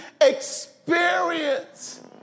experience